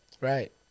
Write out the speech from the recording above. Right